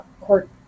court